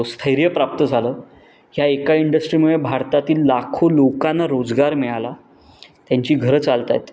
स्थैर्य प्राप्त झालं ह्या एका इंडस्ट्रीमुळे भारतातील लाखो लोकांना रोजगार मिळाला त्यांची घरं चालत आहेत